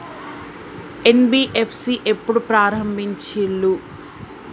NBFC ఎప్పుడు ప్రారంభించిల్లు?